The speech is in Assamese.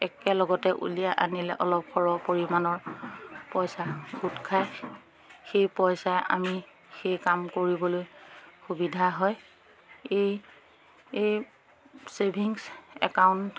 একেলগতে উলিয়াই আনিলে অলপ সৰহ পৰিমাণৰ পইচা গোট খায় সেই পইচাই আমি সেই কাম কৰিবলৈ সুবিধা হয় এই এই চেভিংছ একাউণ্ট